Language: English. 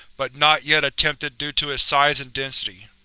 but not yet attempted due to its size and density.